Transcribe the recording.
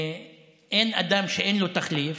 אין אדם שאין לו תחליף,